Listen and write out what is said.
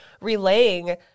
relaying